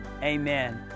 amen